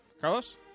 Carlos